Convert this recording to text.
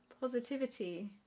Positivity